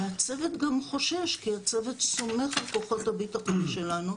הצוות גם חושש כי הצוות סומך על כוחות הביטחון שלנו.